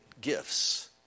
gifts